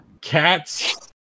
Cats